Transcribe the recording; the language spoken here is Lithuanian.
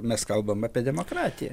mes kalbam apie demokratiją